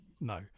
no